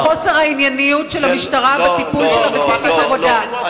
וחוסר הענייניות של המשטרה בטיפול שלה בסכסוך עבודה.